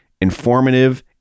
informative